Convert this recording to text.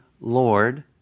Lord